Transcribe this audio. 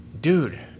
Dude